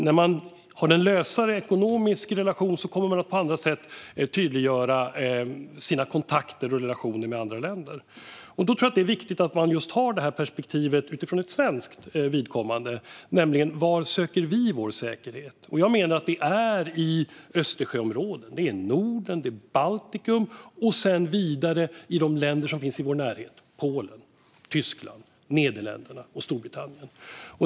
När man har en lösare ekonomisk relation kommer man på andra sätt att tydliggöra sina kontakter och relationer med andra länder. Då tror jag att det är viktigt att ha det här perspektivet, var vi för svenskt vidkommande söker vår säkerhet. Jag menar att det är i Östersjöområdet. Det är i Norden, i Baltikum och sedan vidare i de länder som finns i vår närhet: Polen, Tyskland, Nederländerna och Storbritannien.